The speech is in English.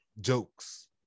jokes